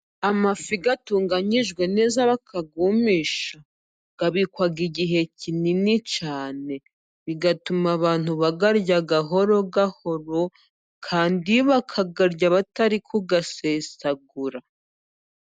Amafi atunganyijwe neza bakayumisha, abikwa igihe kinini cyane, bigatuma abantu bayarya gahoro gahoro, kandi bakayarya batari kuyasesagura.